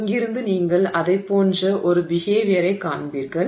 இங்கிருந்து நீங்கள் அதைப் போன்ற ஒரு பிஹேவியரைக் காண்பீர்கள்